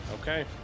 Okay